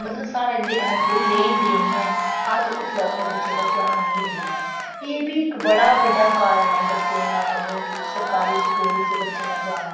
मतलब साढ़ा इं'दे कन्नै कोई लेन देन निं ऐ अस उसलै उ'नें बच्चें पर ध्यान नेईं दिन्ने एह्बी इक बड़ा बड्डा कारण ऐ बच्चें दा मतलब सरकारी स्कूल च बच्चें दा जाना